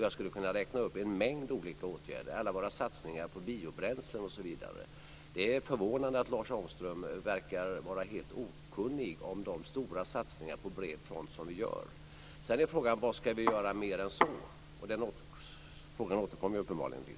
Jag skulle kunna räkna upp en mängd olika åtgärder, alla våra satsningar på biobränslen osv. Det är förvånande att Lars Ångström verkar vara helt okunnig om de stora satsningar på bred front som vi gör. Sedan är frågan vad vi ska göra mer. Den frågan återkommer jag uppenbarligen till.